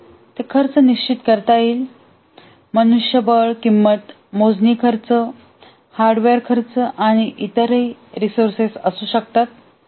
तर ते खर्च निश्चित करता येईल मनुष्यबळ किंमत मोजणी खर्च हार्डवेअर खर्च आणि इतरही रिसोर्सेस असू शकतात